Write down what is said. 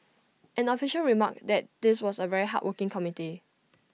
an official remarked that this was A very hardworking committee